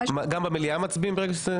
במליאה מצביעים?